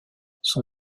son